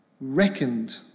reckoned